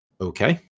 okay